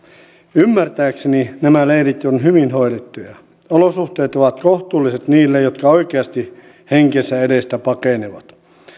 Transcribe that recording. ymmärtääkseni nämä leirit ovat hyvin hoidettuja olosuhteet ovat kohtuulliset niille jotka oikeasti henkensä edestä pakenevat